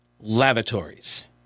lavatories